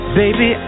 baby